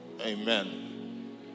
Amen